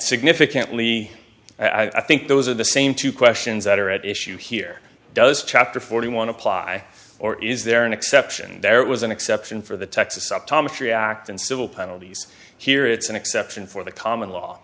significantly i think those are the same two questions that are at issue here does chapter forty one apply or is there an exception there was an exception for the texas up thomas react in civil penalties here it's an exception for the common law